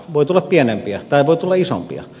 voi tulla pienempiä tai voi tulla isompia